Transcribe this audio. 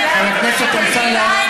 פוליטיקאים